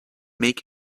make